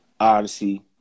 Odyssey